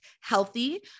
healthy